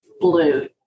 blue